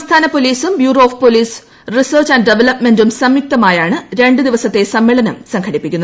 സംസ്ഥാന പോലീസും bureau of police research and ഡവലപ്പ്മെന്റും സംയുക്തമായാണ് രണ്ട് ദിവസത്തെ സമ്മേളനം സംഘടിപ്പിക്കുന്നത്